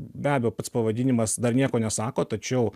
be abejo pats pavadinimas dar nieko nesako tačiau